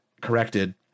corrected